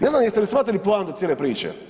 Ne znam jeste li shvatili poantu cijele priče.